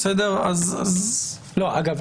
אגב,